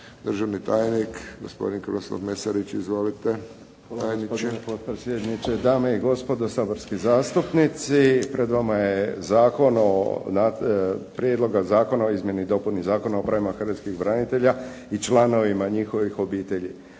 Državni tajnik, gospodin Krunoslav Mesarić. Izvolite tajniče. **Mesarić, Krunoslav** Hvala gospodine potpredsjedniče. Dame i gospodo saborski zastupnici. Pred vama je Prijedlog zakona o izmjeni i dopuni Zakona o pravima hrvatskih branitelja i članovima njihovih obitelji.